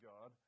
God